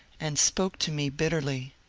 and spoke to me bitterly.